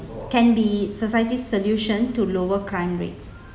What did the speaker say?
can be society's solution to lower crime rates